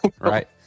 right